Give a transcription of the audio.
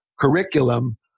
curriculum